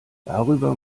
darüber